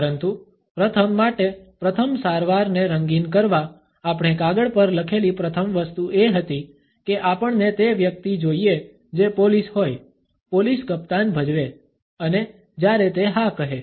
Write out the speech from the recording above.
પરંતુ પ્રથમ માટે પ્રથમ સારવારને રંગીન કરવા આપણે કાગળ પર લખેલી પ્રથમ વસ્તુ એ હતી કે આપણને તે વ્યક્તિ જોઈએ જે પોલીસ હોય પોલીસ કપ્તાન ભજવે Refer time 1038 અને જ્યારે તે હા કહે